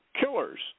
killers